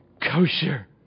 Kosher